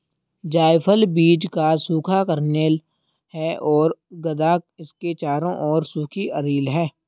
जायफल बीज का सूखा कर्नेल है और गदा इसके चारों ओर सूखी अरिल है